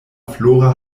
flora